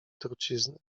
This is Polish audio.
trucizny